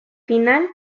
final